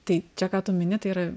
tai čia ką tu mini tai yra